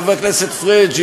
חבר הכנסת פריג',